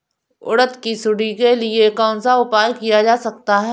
उड़द की सुंडी के लिए कौन सा उपाय किया जा सकता है?